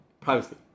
privacy